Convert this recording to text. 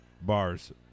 bars